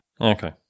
Okay